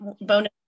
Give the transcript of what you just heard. bonus